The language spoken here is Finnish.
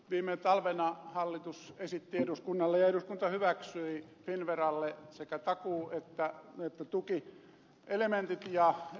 viime talvena hallitus esitti eduskunnalle ja eduskunta hyväksyi finnveralle sekä takuu että tukielementit ja valtuudet